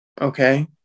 Okay